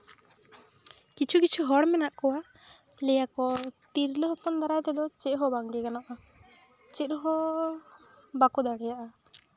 ᱠᱤᱪᱩ ᱠᱤᱪᱩ ᱦᱚᱲ ᱢᱮᱱᱟᱜ ᱠᱚᱣᱟ ᱞᱟᱹᱭᱟᱠᱚ ᱛᱤᱨᱞᱟᱹ ᱦᱚᱯᱚᱱ ᱫᱟᱨᱟᱭ ᱛᱮᱫᱚ ᱪᱮᱫ ᱦᱚᱸ ᱵᱟᱝ ᱞᱟᱹᱭ ᱜᱟᱱᱚᱜᱼᱟ ᱪᱮᱫᱦᱚᱸ ᱵᱟᱠᱚ ᱫᱟᱲᱮᱭᱟᱜᱼᱟ